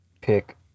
pick